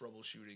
troubleshooting